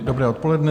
Dobré odpoledne.